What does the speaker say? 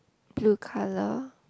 blue colour